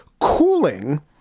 cooling